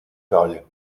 fériés